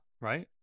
Right